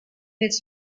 its